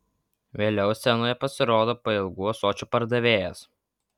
vėliau scenoje pasirodo pailgų ąsočių pardavėjas